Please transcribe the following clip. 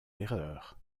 l’erreur